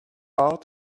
all